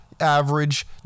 average